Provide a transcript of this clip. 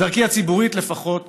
בדרכי, הציבורית לפחות,